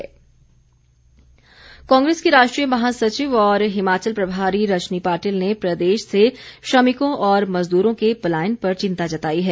कांग्रेस कांग्रेस की राष्ट्रीय महासचिव और हिमाचल प्रभारी रजनी पाटिल ने प्रदेश से श्रमिकों और मजदूरो के पलायन पर चिंता जताई है